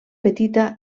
petita